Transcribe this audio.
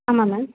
ஆமாம் மேம்